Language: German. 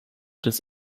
des